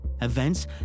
Events